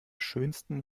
schönsten